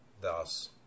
thus